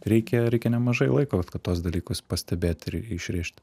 reikia reikia nemažai laiko kad tuos dalykus pastebėt ir išrišt